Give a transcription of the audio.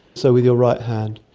so with your right hand.